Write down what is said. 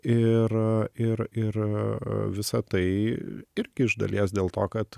ir ir ir visa tai irgi iš dalies dėl to kad